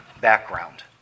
background